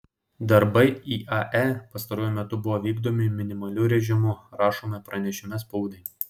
darbai iae pastaruoju metu buvo vykdomi minimaliu režimu rašoma pranešime spaudai